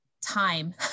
time